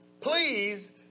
Please